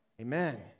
Amen